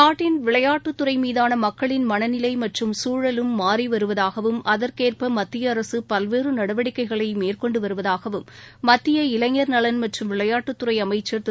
நாட்டின் விளையாட்டு துறை மீதான மக்களின் மனநிலை மற்றும் சூழலும் மாறி வருவதாகவும் அதற்கேற்ப மத்திய அரசு பல்வேறு நடவடிக்கைகளை மேற்கொண்டு வருவதாகவும் மத்திய இளைஞர் நலன் மற்றும் விளையாட்டுத்துறை அமைச்சர் திரு